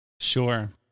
Sure